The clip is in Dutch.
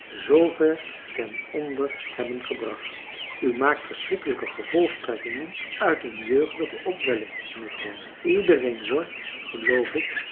zoover ten onder hebben gebracht u maakt verschrikkelijke gevolgtrekkingen uit een jeugdige opwelling mevrouw iedereen wordt geloof ik